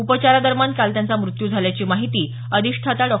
उपचारांदरम्यान काल त्यांचा मृत्यू झाल्याची माहिती अधिष्ठाता डॉ